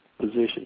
position